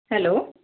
hello